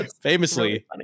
famously